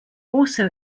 also